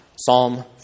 Psalm